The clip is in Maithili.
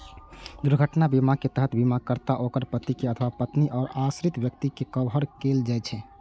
दुर्घटना बीमाक तहत बीमाकर्ता, ओकर पति अथवा पत्नी आ आश्रित व्यक्ति कें कवर कैल जाइ छै